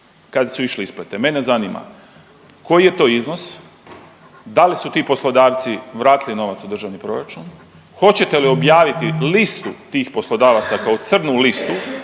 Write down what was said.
kad su išle isplate. Mene zanima koji je to iznos, da li su ti poslodavci vratili novac u državni proračun? Hoćete li objaviti listu tih poslodavaca kao crnu listu